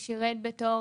כי אדם צעיר שנהרג בצורה